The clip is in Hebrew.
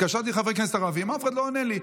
התקשרתי לחברי כנסת ערבים, אף אחד לא עונה לי.